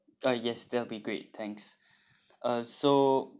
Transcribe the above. uh yes that will be great thanks uh so